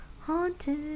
haunted